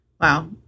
wow